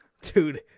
Dude